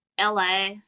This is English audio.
LA